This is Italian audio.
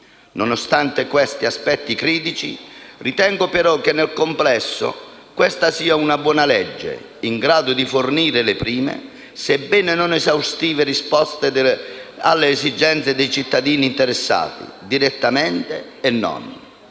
Nonostante questi aspetti critici, ritengo però che nel complesso questa sia una buona legge, in grado di fornire le prime, sebbene non esaustive, risposte alle esigenze dei cittadini interessati, direttamente e non;